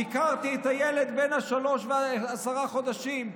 ביקרתי את הילד בן השלוש ועשרה חודשים,